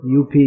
UP